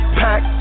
pack